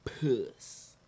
puss